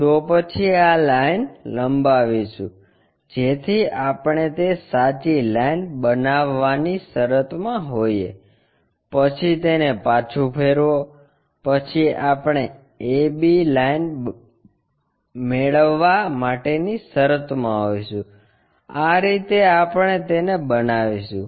તો પછી આ લાઇન લંબાવીશું જેથી આપણે તે સાચી લાઇન બનાવવાની શરતમાં હોઈએ પછી તેને પાછું ફેરવો પછી આપણે AB લાઇન મેળવવા માટેની શરતમાં હોઈશું આ રીતે આપણે તેને બનાવીશું